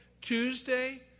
Tuesday